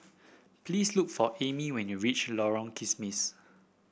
please look for Amie when you reach Lorong Kismis